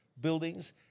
buildings